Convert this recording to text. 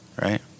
right